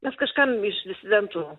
mes kažkam iš disidentų